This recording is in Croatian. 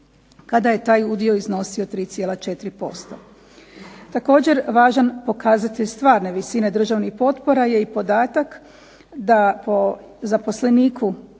kada je taj udio iznosio 3,4%. Također važan pokazatelj stvarne visine državnih potpora je i podatak da po zaposleniku